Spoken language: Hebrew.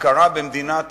הכרה במדינת ישראל,